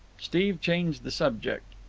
steve changed the subject.